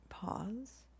Pause